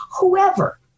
whoever